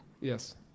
Yes